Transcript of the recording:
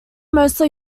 mostly